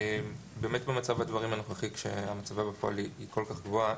באמת במצב הדברים הנוכחי כשהמצבה בפועל היא כל כך גבוהה,